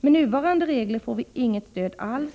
Med nuvarande regler får vi inget stöd alls.